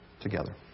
together